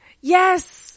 Yes